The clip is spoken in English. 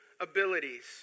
abilities